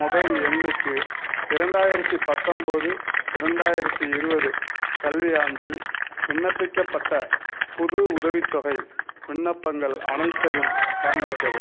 mobile எண்ணுக்கு இரண்டாயிரத்தி பத்தொம்பது இரண்டாயிரத்தி இருபது கல்வியாண்டில் விண்ணப்பிக்கப்பட்ட புது உதவித்தொகை விண்ணப்பங்கள் அனைத்தையும் காண்பிக்கவும்